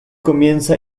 comienza